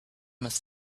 must